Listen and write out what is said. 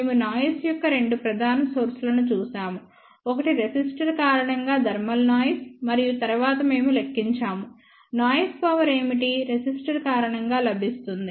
మేము నాయిస్ యొక్క రెండు ప్రధాన సోర్స్ లను చూశాము ఒకటి రెసిస్టర్ కారణంగా థర్మల్ నాయిస్ మరియు తరువాత మేము లెక్కించాము నాయిస్ పవర్ ఏమిటి రెసిస్టర్ కారణంగా లభిస్తుంది